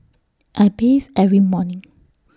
I bathe every morning